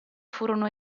furono